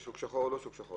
זה שוק שחור או לא שוק שחור?